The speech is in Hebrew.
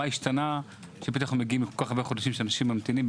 מה השתנה שפתאום אנחנו מגיעים לכל כך הרבה חודשים שאנשים ממתינים,